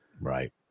Right